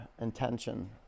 intention